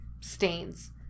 stains